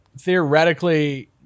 theoretically